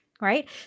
right